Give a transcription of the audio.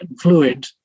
fluid